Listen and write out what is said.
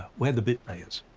we're the bit players.